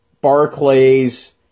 Barclays